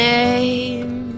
name